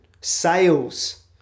sales